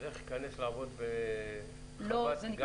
אלך ואכנס לעבוד בחוות גז?